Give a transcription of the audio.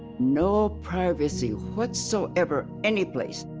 no privacy whatsoever, anyplace.